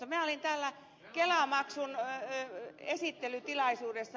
minä olin täällä kelamaksun esittelytilaisuudessa